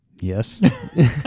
Yes